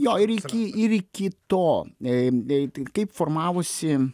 jo ir iki ir iki to e tai kaip formavosi